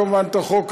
כמובן, את החוק הזה,